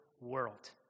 world